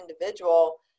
individual